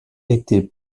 été